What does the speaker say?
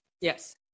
Yes